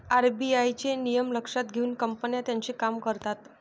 RBI चे नियम लक्षात घेऊन कंपन्या त्यांचे काम करतात